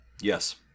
yes